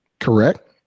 Correct